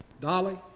Dolly